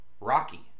Rocky